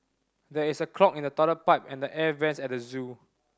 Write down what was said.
there is a clog in the toilet pipe and the air vents at the zoo